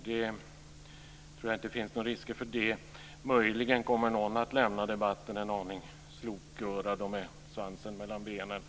tror jag inte att det finns några risker för. Möjligen kommer någon att lämna debatten en aning slokörad och med svansen mellan benen.